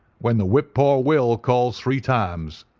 when the whip-poor-will calls three times.